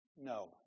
No